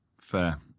Fair